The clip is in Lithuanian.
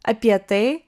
apie tai